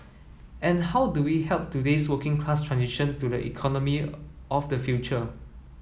and how do we help today's working class transition to the economy of the future